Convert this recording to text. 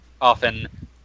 often